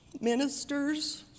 ministers